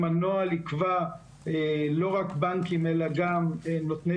הנוהל יקבע לא רק בנקים אלא גם נותני